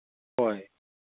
ꯍꯣꯏ